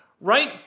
Right